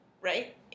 Right